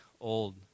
old